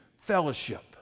fellowship